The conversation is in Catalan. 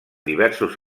diversos